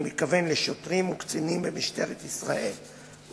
אני מתכוון לשוטרים וקצינים במשטרת ישראל ובמג"ב,